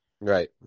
Right